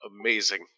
Amazing